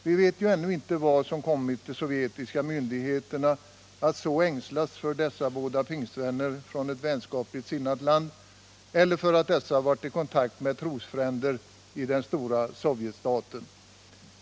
Vi vet ännu inte vad som kommit de sovjetiska myndigheterna att så ängslas för dessa båda pingstvänner från ett vänskapligt sinnat land, eller om man möjligen gör det för att dessa varit i kontakt med trosfränder i den stora Sovjetstaten.